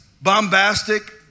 bombastic